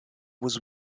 was